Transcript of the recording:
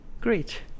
Great